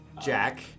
Jack